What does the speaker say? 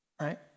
right